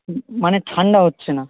মানে ঠাণ্ডা হচ্ছে না